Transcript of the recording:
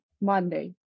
Monday